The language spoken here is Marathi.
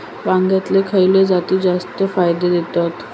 वांग्यातले खयले जाती जास्त फायदो देतत?